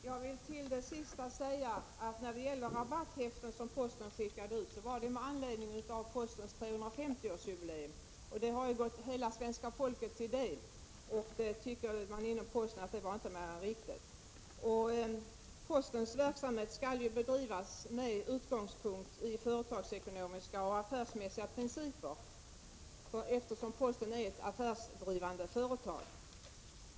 Herr talman! Till det senast anförda vill jag säga att rabatthäftena skickades ut med anledning av Postens 350-årsjubileum. Det har ju hela svenska folket fått del av, och man tyckte inom Posten att det inte var mer än riktigt. Postens verksamhet skall ju bedrivas med utgångspunkt i företagsekonomiska och affärsmässiga principer, eftersom Posten är ett affärsdrivande företag.